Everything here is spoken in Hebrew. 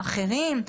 אחרים,